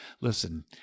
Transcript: Listen